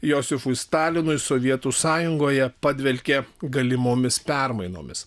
josifui stalinui sovietų sąjungoje padvelkė galimomis permainomis